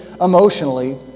emotionally